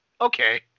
okay